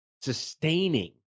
sustaining